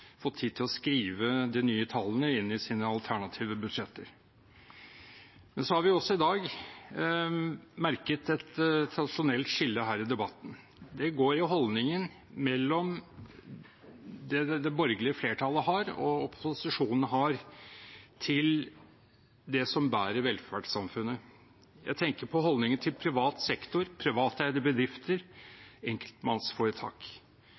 fått tid til å skrive de nye tallene inn i sine alternative budsjetter. Vi har også i dag merket et tradisjonelt skille i debatten. Det går på holdningen som det borgerlige flertallet har, og holdningen som opposisjonen har til det som bærer velferdssamfunnet. Jeg tenker på holdningen til privat sektor, privateide